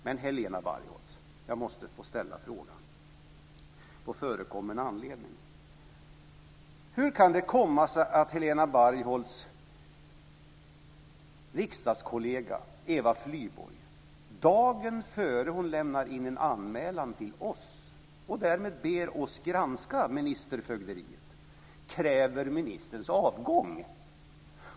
Men, Helena Bargholtz, jag måste få ställa frågan, på förekommen anledning: Hur kan det komma sig att Helena Bargholtz riksdagskollega Eva Flyborg dagen innan hon lämnar in en anmälan till oss, och därmed ber oss granska ministerfögderiet, kräver ministerns avgång?